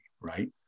right